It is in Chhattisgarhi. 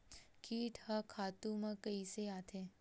कीट ह खातु म कइसे आथे?